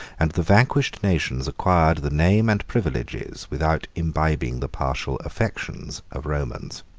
and the vanquished nations acquired the name and privileges, without imbibing the partial affections, of romans.